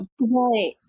Right